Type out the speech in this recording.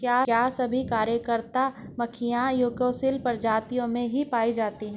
क्या सभी कार्यकर्ता मधुमक्खियां यूकोसियल प्रजाति में ही पाई जाती हैं?